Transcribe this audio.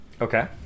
Okay